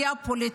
או דעה פוליטית,